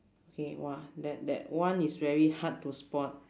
okay !wah! that that one is very hard to spot